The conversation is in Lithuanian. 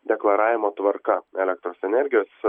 deklaravimo tvarka elektros energijos